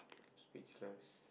speechless